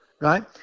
Right